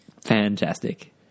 Fantastic